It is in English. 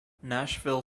nashville